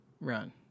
Run